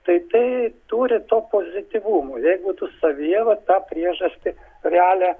tai tai turi to pozityvumo jeigu tu savyje vat tą priežastį realią